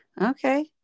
Okay